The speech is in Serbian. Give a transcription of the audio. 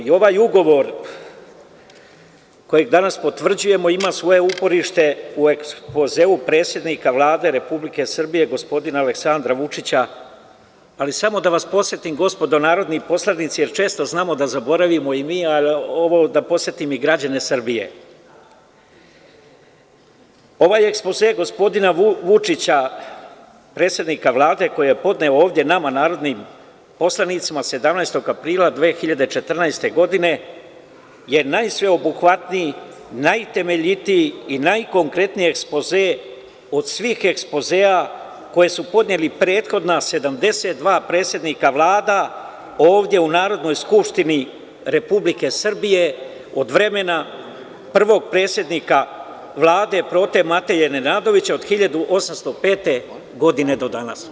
I ovaj ugovor, koji danas potvrđujemo, ima svoje uporište u ekspozeu predsednika Vlade Republike Srbije gospodina Aleksandra Vučića, ali samo da vas podsetim da, gospodo narodni poslanici, jer često znamo da zaboravimo i mi, ali ovo da podsetim i građane Srbije, ovaj ekspoze gospodina Vučića, predsednika Vlade, koji je podneo ovde nama narodnim poslanicima 17. aprila 2014. godine, je najsveobuhvatniji, najtemeljitiji i najkonkretniji ekspoze od svih ekspozea koja su podnela prethodna 72 predsednika Vlada, ovde u Narodnoj skupštini Republike Srbije od vremena prvog predsednika Vlade Prote Mateje Nenadovića, od 1805. godine do danas.